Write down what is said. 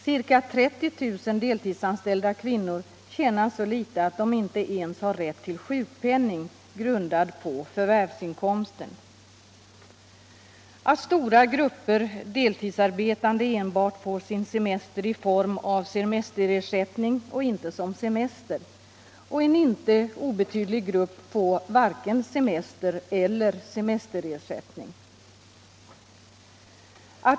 Ca 30 000 deltidsanställda kvinnor tjänar så litet att de inte ens har rätt till sjukpenning, grundad på förvärvsinkomsten. Stora grupper deltidsarbetande får sin semester enbart i form av semesterersättning och inte som semester, och en inte obetydlig grupp får varken semester eller semesterersättning.